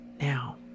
now